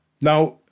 Now